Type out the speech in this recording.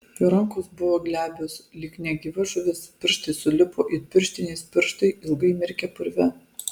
jo rankos buvo glebios lyg negyva žuvis pirštai sulipo it pirštinės pirštai ilgai mirkę purve